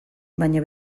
baina